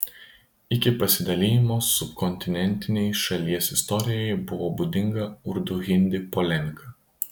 iki pasidalijimo subkontinentinei šalies istorijai buvo būdinga urdu hindi polemika